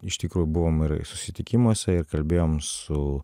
iš tikrųjų buvom ir susitikimuose ir kalbėjom su